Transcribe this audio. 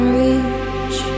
reach